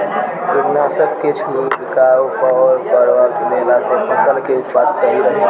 कीटनाशक के छिड़काव कब करवा देला से फसल के उत्पादन सही रही?